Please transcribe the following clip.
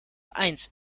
eins